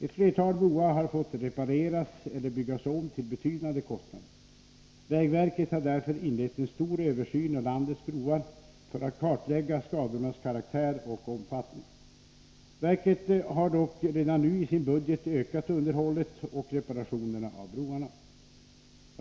Ett flertal broar har fått repareras eller byggas om till betydande kostnader. Vägverket har därför inlett en stor översyn av landets broar för att kartlägga skadornas karaktär och omfattning. Verket har dock redan nu i sin budget ökat anslaget för underhållet och reparationerna av broarna.